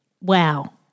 Wow